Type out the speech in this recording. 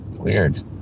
weird